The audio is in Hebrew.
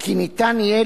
כי יהיה